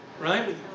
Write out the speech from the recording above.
right